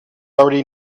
already